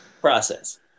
process